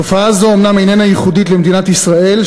תופעה זו אומנם איננה ייחודית למדינת ישראל,